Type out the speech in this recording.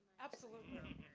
absolutely.